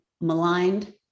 maligned